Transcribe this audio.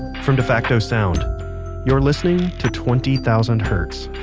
from defacto sound you're listening to twenty thousand hertz.